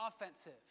offensive